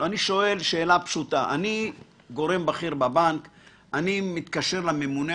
נניח שאני גורם בכיר בבנק ואני מתקשר לממונה